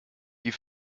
die